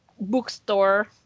bookstore